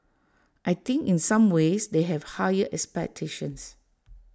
I think in some ways they have higher expectations